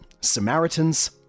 Samaritans